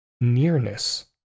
Nearness